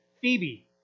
Phoebe